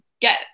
get